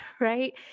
Right